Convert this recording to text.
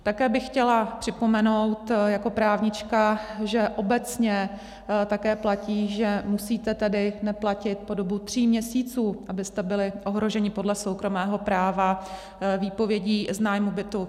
Také bych chtěla připomenout jako právnička, že obecně také platí, že musíte tedy neplatit po dobu tří měsíců, abyste byli ohroženi podle soukromého práva výpovědí z nájmu bytu.